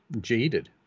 jaded